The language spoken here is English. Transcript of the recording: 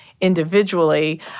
individually